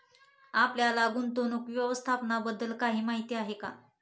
आपल्याला गुंतवणूक व्यवस्थापनाबद्दल काही माहिती आहे का?